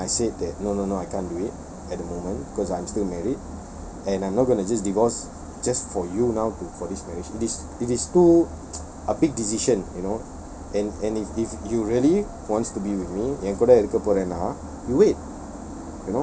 then I said that no no no I can't do it at the moment cause I'm still married and I'm not just gonna divorce just for you now to for this marriage it is it is too a big decision you know and and if if you really wants to be with me என் கூட இருக்க போரான:en kooda irukka poarana you wait